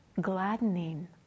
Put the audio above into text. gladdening